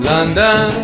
London